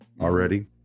already